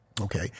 okay